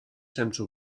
sense